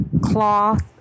Cloth